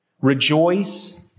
Rejoice